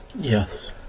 Yes